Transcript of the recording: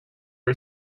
are